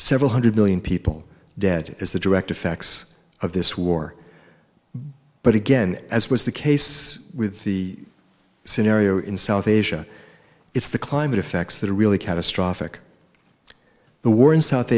several hundred million people dead as the direct effects of this war but again as was the case with the scenario in south asia it's the climate effects that are really catastrophic the war in south